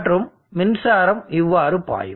மற்றும் மின்சாரம் இவ்வாறு பாயும்